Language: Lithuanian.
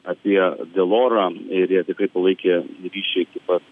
apie delorą ir jie tikrai palaikė ryšį iki pat